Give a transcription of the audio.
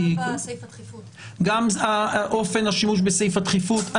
גם באופן השימוש בסעיף הדחיפות.